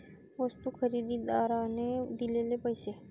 वस्तू खरेदीदाराने दिलेले पैसे